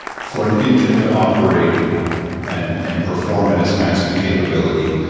for an engine to operate and and perform at its maximum capability,